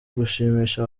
gushimisha